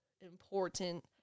important